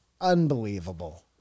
unbelievable